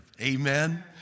Amen